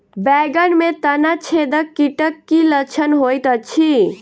बैंगन मे तना छेदक कीटक की लक्षण होइत अछि?